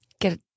Get